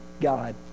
God